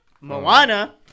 Moana